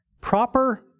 proper